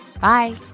Bye